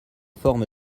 forme